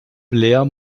blair